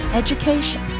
education